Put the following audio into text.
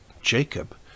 Jacob